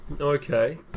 Okay